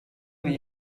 ஏறிய